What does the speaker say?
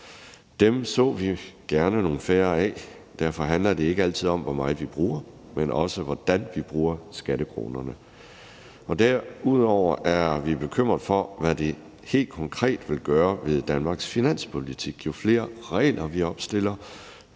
dem ser vi gerne nogle færre af, og derfor handler det ikke altid om, hvor meget vi bruger, men også om, hvordan vi bruger skattekronerne. Derudover er vi bekymrede for, hvad det helt konkret vil gøre ved Danmarks finanspolitik. Jo flere regler, vi opstiller,